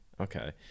okay